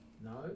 No